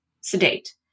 Sedate